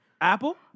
Apple